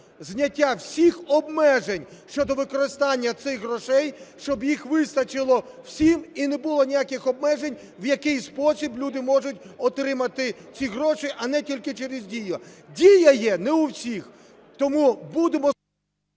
зняття всіх обмежень щодо використання цих грошей, щоб їх вистачило всім і не було ніяких обмежень, в який спосіб люди можуть отримати ці гроші, а не тільки через Дію. Дія є не в усіх. Тому будемо…